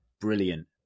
brilliant